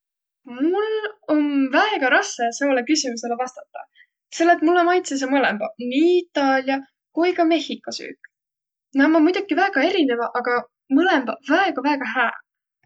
Mul om väega rassõ seolõ küsümüsele vastadaq, selle et mullõ maitsõsõq mõlõmbaq, nii Itaalia kui ka Mehhiko süük. Naaq ommaq muidoki väega erineväq, aga mõlõmbaq väega väega hääq.